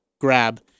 grab